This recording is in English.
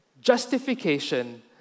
justification